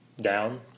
down